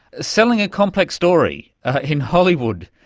selling a complex story in hollywood,